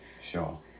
Sure